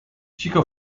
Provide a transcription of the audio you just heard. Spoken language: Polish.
cicho